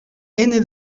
ene